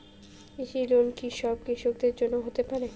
কৃষি লোন কি সব কৃষকদের জন্য হতে পারে?